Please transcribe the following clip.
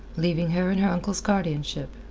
leaving her in her uncle's guardianship.